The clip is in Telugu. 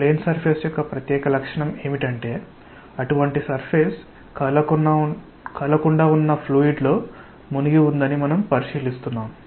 ప్లేన్ సర్ఫేస్ యొక్క ప్రత్యేక లక్షణం ఏమిటంటే అటువంటి సర్ఫేస్ కదలకుండా ఉన్న ఫ్లూయిడ్ లో మునిగిపోతుందని మనము పరిశీలిస్తున్నాము